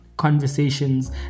conversations